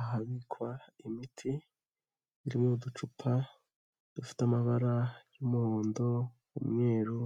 Ahabikwa imiti iri mu ducupa dufite amabara y'umuhondo, umweru,